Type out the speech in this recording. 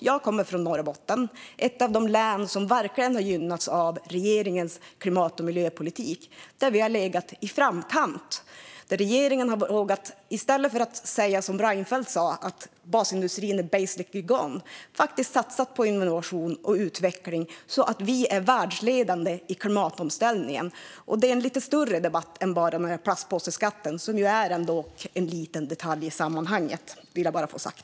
Jag kommer från Norrbotten, ett av de län som verkligen har gynnats av regeringens klimat och miljöpolitik. Vi har legat i framkant. I stället för att säga som Reinfeldt, att basindustrin är "basically gone", har regeringen vågat satsa på innovation och utveckling, så att vi är världsledande i klimatomställningen. Det är en lite större fråga än bara detta med plastpåseskatten, som ju är en liten detalj i sammanhanget. Det vill jag bara få sagt.